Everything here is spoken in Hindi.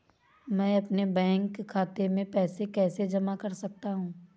मैं अपने बैंक खाते में पैसे कैसे जमा कर सकता हूँ?